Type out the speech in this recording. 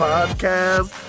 Podcast